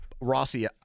Rossi